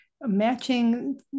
matching